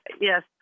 yes